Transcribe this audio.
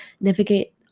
navigate